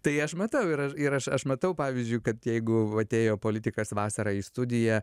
tai aš matau ir ir aš aš matau pavyzdžiui kad jeigu atėjo politikas vasarą į studiją